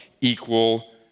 equal